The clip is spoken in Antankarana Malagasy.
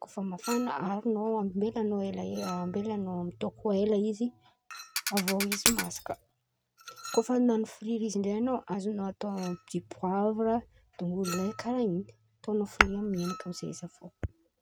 kô fa mafan̈a aharon̈ao ambelan̈ao ela-ambelan̈ao midôko ela izy avy eo izy masaka, kô fa an̈ano firiry izy ndray an̈ao azon̈ao atao dipoavre, dongolo lay karàha in̈y ataon̈ao firiry amy menakà amizay izy avy eo.